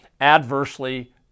adversely